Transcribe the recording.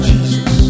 Jesus